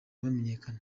bamenyekana